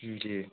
जी जी